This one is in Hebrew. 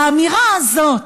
באמירה הזאת